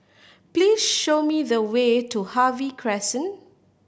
please show me the way to Harvey Crescent